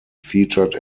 featured